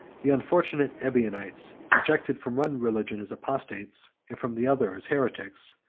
the unfortunate ebionites, rejected from one religion as apostates, and from the other as heretics,